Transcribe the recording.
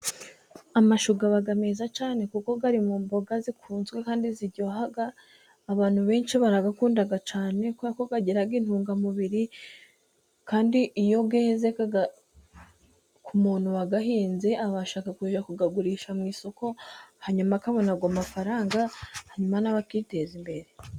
Amashu aba meza cyane kuko ari mu mboga zikunzwe kandi ziryoha, abantu benshi baraygakunda cyane kuko agira intungamubiri, kandi iyo yeze ku muntu wayahinze abasha kuyagurisha mu isoko, hanyuma akabona ayo mafaranga, hanyuma nawe akiteza imbere.